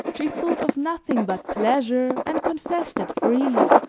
she thought of nothing but pleasure and confessed it freely